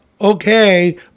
okay